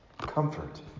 Comfort